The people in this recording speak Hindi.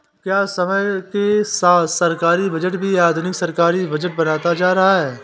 क्या समय के साथ सरकारी बजट भी आधुनिक सरकारी बजट बनता जा रहा है?